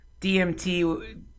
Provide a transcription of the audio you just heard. DMT